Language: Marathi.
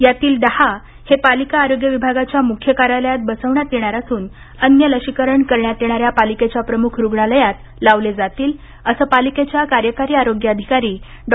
यातील दहा हे पालिका आरोग्य विभागाच्या मुख्य कार्यालयात बसविण्यात येणार असून अन्य लसीकरण करण्यात येणाऱ्या पालिकेच्या प्रमुख रुग्णालयात लावले जातील असं पालिकेच्या कार्यकारी आरोग्य अधिकारी डॉ